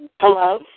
Hello